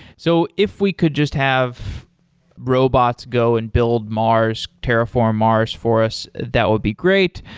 so if we could just have robots go and build mars, terraform mars for us, that will be great.